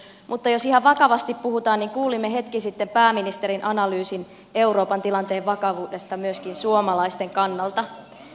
mutta jos ihan vakavasti puhutaan niin kuulimme hetki sitten pääministerin analyysin euroopan tilanteen vakavuudesta myöskin suomalaisten kannalta